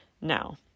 now